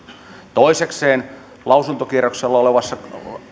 toisekseen lausuntokierroksella olevassa